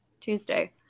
Tuesday